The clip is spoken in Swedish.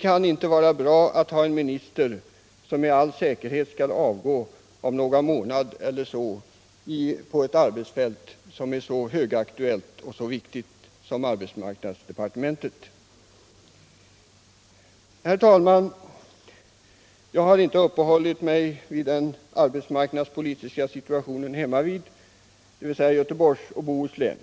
kan det inte vara bra att ha en minister som med all säkerhet kommer att avgå om ungefär en månad. Herr talman! Jag har inte uppehållit mig vid den arbetsmarknadspolitiska situationen i Göteborgs och Bohus län.